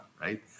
right